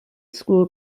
school